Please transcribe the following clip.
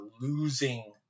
losing